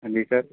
ਹਾਂਜੀ ਸਰ